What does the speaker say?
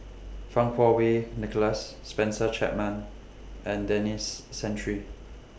Fang Kuo Wei Nicholas Spencer Chapman and Denis Santry